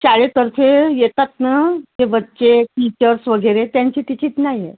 शाळेतर्फे येतात ना ते बच्चे टीचर्स वगैरे त्यांची तिकीट नाही आहे